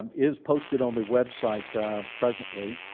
is posted on the website presently,